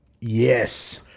Yes